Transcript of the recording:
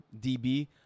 DB